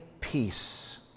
peace